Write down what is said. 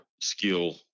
skill